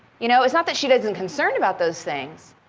you know it's not that she isn't concerned about those things,